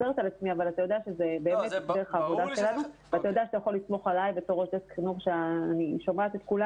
אתה יודע שאתה יכול לסמוך עלי שאנחנו מדברים עם כולם